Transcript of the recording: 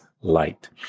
light